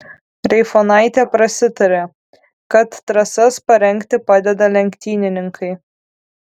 reifonaitė prasitarė kad trasas parengti padeda lenktynininkai